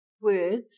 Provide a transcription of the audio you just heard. words